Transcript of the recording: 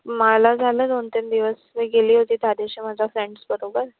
माला झालं दोन तीन दिवस मी गेले होते त्यादिवशी माझ्या फ्रेंड्सबरोबर